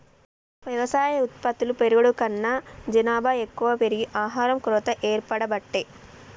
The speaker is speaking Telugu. వ్యవసాయ ఉత్పత్తులు పెరుగుడు కన్నా జనాభా ఎక్కువ పెరిగి ఆహారం కొరత ఏర్పడబట్టే